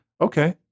Okay